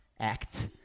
act